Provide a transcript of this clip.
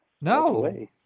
No